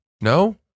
No